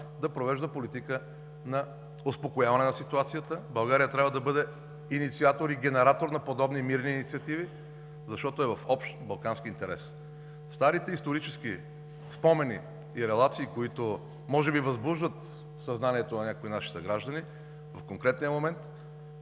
да провежда политика на успокояване на ситуацията. България трябва да бъде инициатор и генератор на подобни мирни инициативи, защото е в общ балкански интерес! Старите исторически спомени и релации, които може би възбуждат съзнанието на някои наши съграждани, в конкретния момент